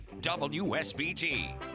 WSBT